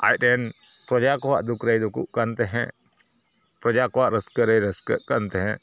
ᱟᱡᱨᱮᱱ ᱯᱨᱚᱡᱟ ᱠᱚᱣᱟᱜ ᱫᱩᱠ ᱨᱮᱭ ᱫᱩᱚᱩᱜ ᱠᱟᱱᱛᱟᱦᱮᱜ ᱯᱨᱚᱡᱟ ᱠᱚᱣᱟᱜ ᱨᱟᱹᱥᱠᱟᱹ ᱨᱮᱭ ᱨᱟᱹᱥᱠᱟᱹᱜ ᱠᱟᱱᱛᱟᱦᱮᱜ